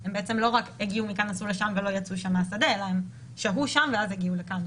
הם שהו שם ומשם הגיעו לכאן.